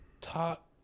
Top